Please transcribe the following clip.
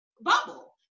bubble